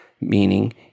meaning